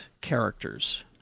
characters